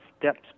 steps